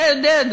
אתה יודע,